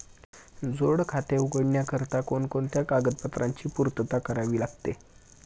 जोड खाते उघडण्याकरिता कोणकोणत्या कागदपत्रांची पूर्तता करावी लागते?